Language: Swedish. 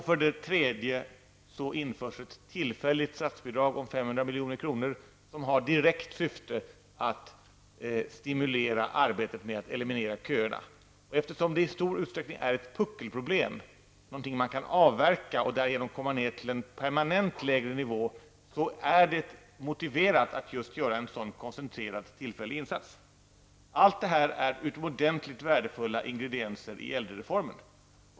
För det tredje införs ett tillfälligt statsbidrag om 500 milj.kr., som har till direkt syfte att stimulera arbetet med att eliminera köerna. Eftersom detta i stor utsträckning är ett puckelproblem, någonting man kan avverka och därigenom komma ner till en permanent lägre nivå, är det motiverat att göra just en sådan koncentrerad tillfällig insats. Allt detta är utomordentligt värdefulla ingredienser i äldrereformen.